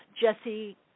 Jesse